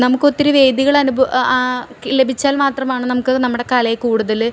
നമുക്കൊത്തിരി വേദികൾ ലഭിച്ചാല് മാത്രമാണ് നമുക്കത് നമ്മടെ കലയെ കൂടുതല്